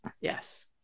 Yes